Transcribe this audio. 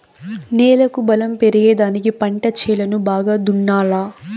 నేలకు బలం పెరిగేదానికి పంట చేలను బాగా దున్నాలా